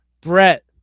Brett